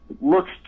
looks